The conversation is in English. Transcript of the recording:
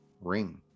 ring